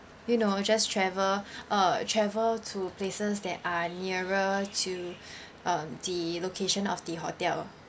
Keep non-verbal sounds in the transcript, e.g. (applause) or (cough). you know just travel (breath) uh travel to places that are nearer to (breath) um the location of the hotel